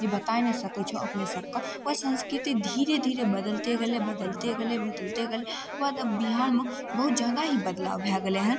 जे बताय नहि सकय छौ अपने सबके ओइ संस्कृति धीरे धीरे बदलतय गेलय बदलतय गेलय बदलतय गेलै ओकरबाद आब बिहारमे बहुत जादा ही बदलाव भए गेलै हन